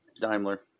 Daimler